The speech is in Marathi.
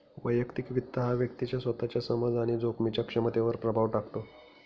वैयक्तिक वित्त हा व्यक्तीच्या स्वतःच्या समज आणि जोखमीच्या क्षमतेवर प्रभाव टाकतो